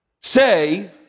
say